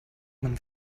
man